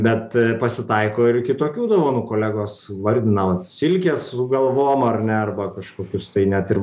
bet pasitaiko ir kitokių dovanų kolegos vardina vat silkė su galvom ar ne arba kažkokius tai net ir